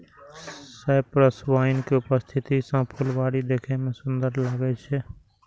cypress vine के उपस्थिति सं फुलबाड़ी देखै मे सुंदर लागै छै